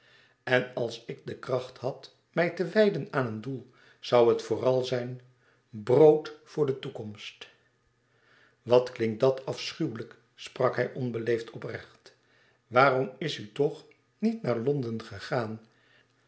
en als ik de kracht had mij te wijden aan een doel zoû het vooral zijn brood voor de toekomst wat klinkt dat afschuwelijk sprak hij onbeleefd oprecht waarom is u toch niet naar londen gegaan